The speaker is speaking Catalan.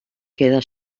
queda